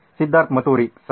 ಸಿದ್ಧಾರ್ಥ್ ಮತುರಿ ಸರಿ